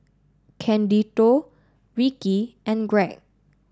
Candido Rickie and Greg